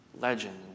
legend